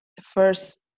First